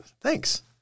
Thanks